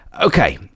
Okay